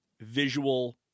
visual